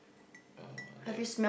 uh like